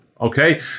Okay